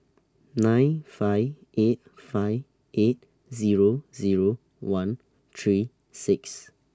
nine five eight five eight Zero Zero one three six